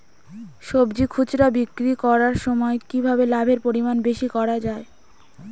সবজি খুচরা বিক্রি করার সময় কিভাবে লাভের পরিমাণ বেশি করা যায়?